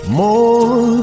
more